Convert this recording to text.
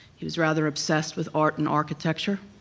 he was rather obsessed with art and architecture,